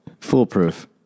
Foolproof